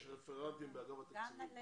יש רפרנטים באגף התקציבים.